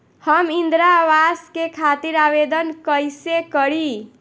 हम इंद्रा अवास के खातिर आवेदन कइसे करी?